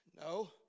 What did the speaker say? No